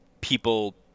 people